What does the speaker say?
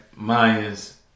Mayans